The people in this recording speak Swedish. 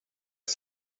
jag